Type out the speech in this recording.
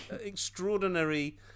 extraordinary